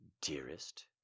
Dearest